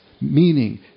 meaning